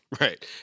Right